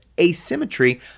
asymmetry